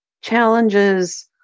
challenges